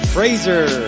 Fraser